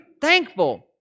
thankful